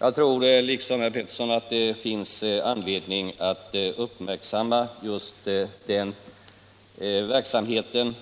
Jag tror liksom herr Pettersson att det finns anledning att uppmärksamma just den verksamheten,